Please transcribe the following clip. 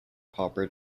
pauper